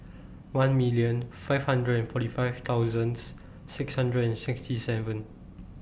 one million five hundred and forty five thousands six hundred and sixty seven